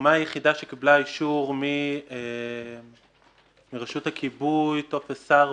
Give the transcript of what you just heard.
הקומה היחידה שקיבלה אישור מרשות הכיבוי, טופס 4